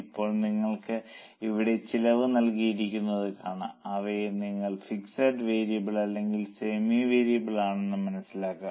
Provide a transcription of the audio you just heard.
ഇപ്പോൾ നിങ്ങൾക്ക് ഇവിടെ ചെലവ് നൽകിയിരിക്കുന്നത് കാണാം അവയെ നിങ്ങൾ ഫിക്സഡ് വേരിയബിൾ അല്ലെങ്കിൽ സെമി വേരിയബിൾ ആണെന്ന് മനസ്സിലാക്കണം